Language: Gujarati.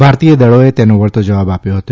ભારતીય દળોએ તેનો વળતો જવાબ આપ્યો હતો